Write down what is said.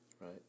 Right